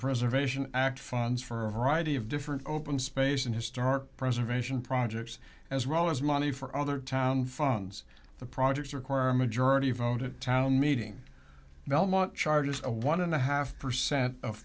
preservation act funds for a variety of different open space in historic preservation projects as well as money for other town funds the projects require a majority vote at town meeting belmont charges a one and a half percent of